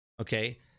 Okay